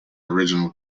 original